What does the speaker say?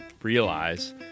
Realize